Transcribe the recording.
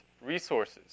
resources